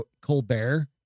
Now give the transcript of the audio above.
Colbert